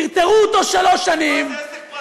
טרטרו אותו שלוש שנים,